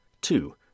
Two